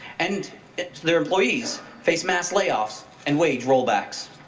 and their employees face mass layoffs and wage rollbacks.